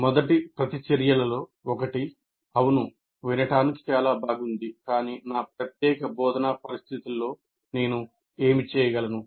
మొదటి ప్రతిచర్యలలో ఒకటి అవును వినడానికి చాలా బాగుంది కాని నా ప్రత్యేక బోధనా పరిస్థితిలో నేను ఏమి చేయగలను